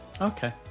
Okay